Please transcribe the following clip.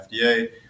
FDA